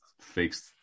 fixed